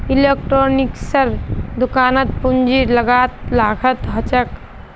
इलेक्ट्रॉनिक्सेर दुकानत पूंजीर लागत लाखत ह छेक